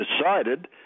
decided